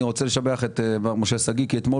אני רוצה לשבח את מר משה שגיא כי אתמול